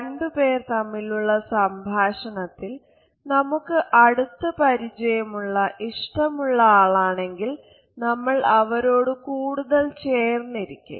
രണ്ടു പേർ തമ്മിലുള്ള സംഭാഷണത്തിൽ നമുക്ക് അടുത്ത് പരിചയമുള്ള ഇഷ്ടമുള്ള ആളാണെങ്കിൽ നമ്മൾ അവരോടു കൂടുതൽ ചേർന്ന് ഇരിക്കും